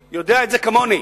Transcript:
הוא אמר: לא, זה מעט מדי.